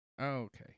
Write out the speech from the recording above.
Okay